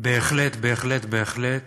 בהחלט בהחלט בהחלט